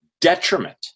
detriment